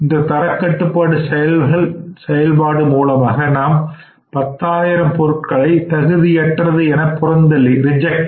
இந்த தரக்கட்டுப்பாட்டு செயல்பாடு மூலமாக நாம் 10000 பொருட்களை தகுதியற்றது என புறந்தள்ளி உள்ளோம்